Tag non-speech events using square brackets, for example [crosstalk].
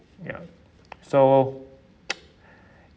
ya so [noise] [breath]